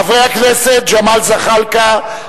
חברי הכנסת ג'מאל זחאלקה,